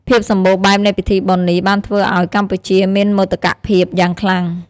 ភាពសម្បូរបែបនៃពិធីបុណ្យនេះបានធ្វើឲ្យកម្ពុជាមានមោទកភាពយ៉ាងខ្លាំង។